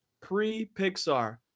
pre-Pixar